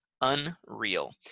unreal